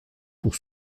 pour